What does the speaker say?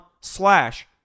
slash